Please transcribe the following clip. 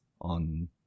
on